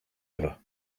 ever